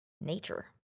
nature